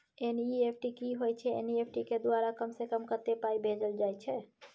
NEFT की होय छै एन.ई.एफ.टी के द्वारा कम से कम कत्ते पाई भेजल जाय छै?